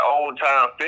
old-time